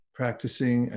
practicing